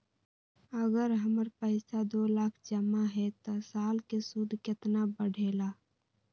अगर हमर पैसा दो लाख जमा है त साल के सूद केतना बढेला?